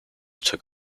took